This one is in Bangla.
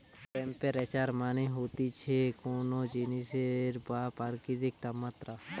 টেম্পেরেচার মানে হতিছে কোন জিনিসের বা প্রকৃতির তাপমাত্রা